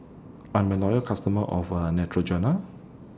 I'm A Loyal customer of A Neutrogena